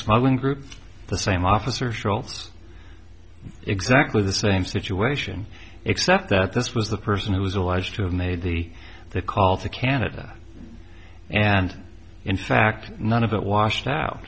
smuggling group the same officer schultz exactly the same situation except that this was the person who was alleged to have made the the call to canada and in fact none of it washed